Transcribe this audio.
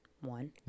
One